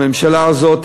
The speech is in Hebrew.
הממשלה הזאת